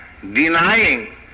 denying